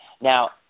Now